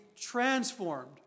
transformed